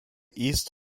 east